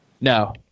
No